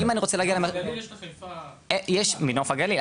יש מנוף הגליל.